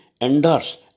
endorse